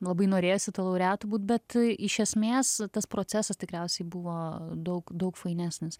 labai norėjosi tuo laureatu būt bet iš esmės tas procesas tikriausiai buvo daug daug fainesnis